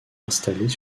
installés